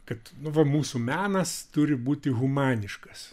kad nu va mūsų menas turi būti humaniškas